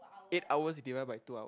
eight hours divide by two hours